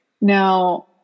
Now